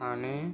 Thane